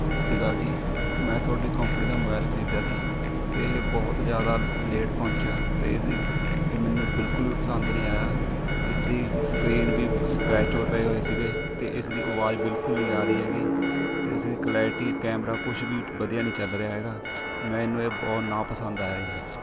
ਸਤਿ ਸ਼੍ਰੀ ਅਕਾਲ ਜੀ ਮੈਂ ਤੁਹਾਡੀ ਕੋਪਨੀ ਦਾ ਮੋਬਾਈਲ ਖਰੀਦਿਆ ਸੀ ਅਤੇ ਇਹ ਬਹੁਤ ਜ਼ਿਆਦਾ ਲੇਟ ਪਹੁੰਚਿਆ ਅਤੇ ਇਹਦੀ ਇਹ ਮੈਨੂੰ ਬਿਲਕੁਲ ਵੀ ਪਸੰਦ ਨਹੀਂ ਆਇਆ ਇਸਦੀ ਸਕਰੀਨ ਵੀ ਸਕ੍ਰੈਚ ਹੋਏ ਪਏ ਹੋਏ ਸੀਗੇ ਅਤੇ ਇਸਦੀ ਅਵਾਜ਼ ਬਿਲਕੁਲ ਨਹੀਂ ਆ ਰਹੀ ਹੈਗੀ ਅਤੇ ਇਸਦੀ ਕਲੈਰਟੀ ਕੈਮਰਾ ਕੁਛ ਵੀ ਵਧੀਆ ਨਹੀਂ ਚੱਲ ਰਿਹਾ ਹੈਗਾ ਮੈਨੂੰ ਇਹ ਬਹੁਤ ਨਾਪਸੰਦ ਆਇਆ ਜੀ